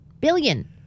billion